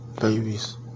babies